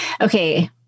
okay